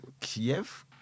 Kiev